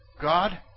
God